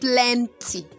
Plenty